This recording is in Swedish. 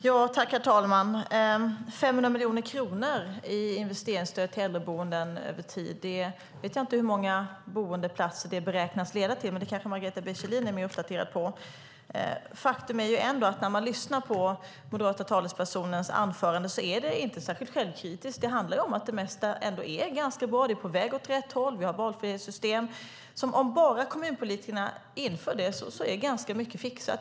Herr talman! 500 miljoner kronor i investeringsstöd till äldreboenden över tid - jag vet inte hur många boendeplatser det beräknas leda till, men det kanske Margareta B Kjellin är mer uppdaterad på. Faktum är att när man lyssnar på moderata talespersoners anföranden är de inte särskilt självkritiska. Det handlar om att det mesta är ganska bra, det är på väg åt rätt håll, vi har valfrihetssystem och om bara kommunpolitikerna inför det är ganska mycket fixat.